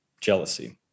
jealousy